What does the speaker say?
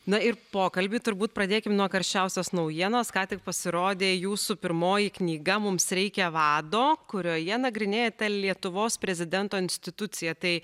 na ir pokalbį turbūt pradėkim nuo karščiausios naujienos ką tik pasirodė jūsų pirmoji knyga mums reikia vado kurioje nagrinėjate lietuvos prezidento instituciją tai